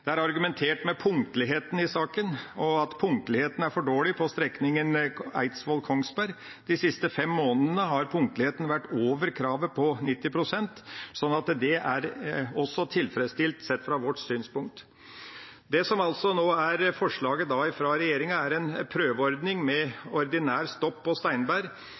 Det er argumentert med punktligheten i saken, at punktligheten er for dårlig på strekninga Eidsvoll–Kongsberg. De siste fem månedene har punktligheten vært over kravet på 90 pst., slik at det, sett fra vårt synspunkt, er tilfredsstilt. Det som nå er forslaget fra regjeringa, er en prøveordning med ordinært stopp på Steinberg fra 2015, samtidig som en gjennomfører investeringene på Rødgata og